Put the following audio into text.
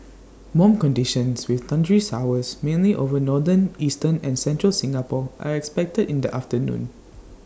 warm conditions with thundery showers mainly over northern eastern and central Singapore are expected in the afternoon